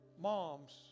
Moms